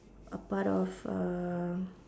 a part of uh